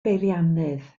beiriannydd